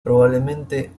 probablemente